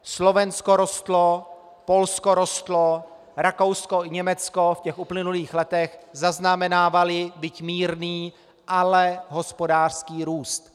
Slovensko rostlo, Polsko rostlo, Rakousko i Německo v uplynulých letech zaznamenávaly, byť mírný, ale hospodářský růst.